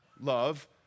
love